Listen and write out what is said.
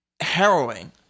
harrowing